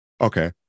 Okay